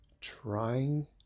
trying